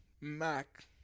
Mac